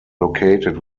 located